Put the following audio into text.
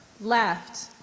left